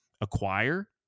acquire